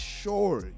sure